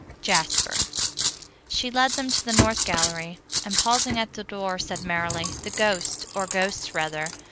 jasper she led them to the north gallery and, pausing at the door, said merrily, the ghost or ghosts rather,